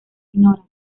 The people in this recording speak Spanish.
ignoran